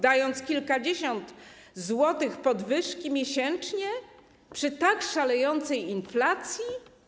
Dając kilkadziesiąt złotych podwyżki miesięcznie przy tak szalejącej inflacji?